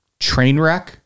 Trainwreck